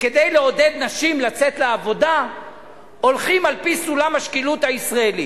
שכדי לעודד נשים לצאת לעבודה הולכים על-פי סולם השקילות הישראלי,